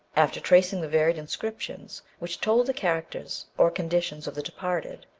after tracing the varied inscriptions which told the characters or conditions of the departed,